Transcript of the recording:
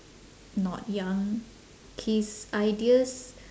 not young his ideas